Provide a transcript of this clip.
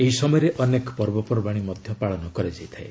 ଏହି ସମୟରେ ଅନେକ ପର୍ବପର୍ବାଣୀ ମଧ୍ୟ ପାଳନ କରାଯାଇଥାଏ